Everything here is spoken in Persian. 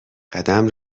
قدم